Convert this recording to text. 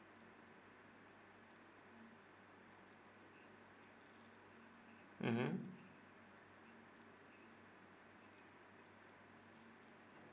mmhmm